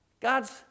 God's